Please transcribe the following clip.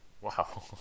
wow